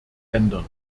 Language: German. ändern